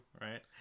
right